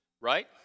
right